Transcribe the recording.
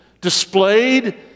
displayed